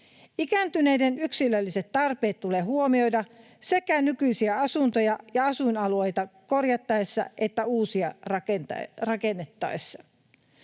Ikääntyneiden yksilölliset tarpeet tulee huomioida sekä nykyisiä asuntoja ja asuinalueita korjattaessa että uusia rakennettaessa.